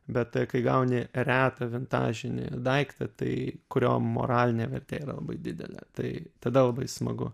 bet kai gauni retą vintažinį daiktą tai kurio moralinė vertė yra labai didelė tai tada labai smagu